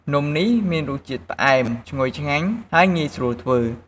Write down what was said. នំនេះមានរសជាតិផ្អែម ឈ្ងុយឆ្ងាញ់ ហើយងាយស្រួលធ្វើ។